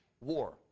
war